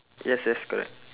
yes yes correct